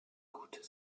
gute